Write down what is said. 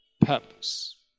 purpose